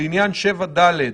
לעניין 7ד: